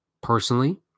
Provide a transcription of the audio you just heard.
personally